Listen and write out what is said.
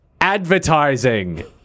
Advertising